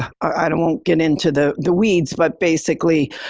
i and won't get into the the weeds, but basically,